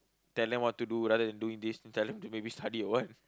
tell them what to do rather than doing this tell them to maybe study or what